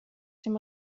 dem